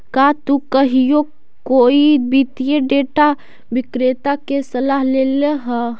का तु कहियो कोई वित्तीय डेटा विक्रेता के सलाह लेले ह?